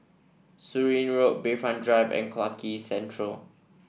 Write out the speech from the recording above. Surin Road Bayfront Drive and Clarke Quay Central